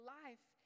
life